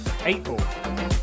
April